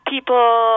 People